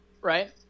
right